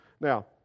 Now